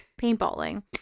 paintballing